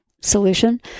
solution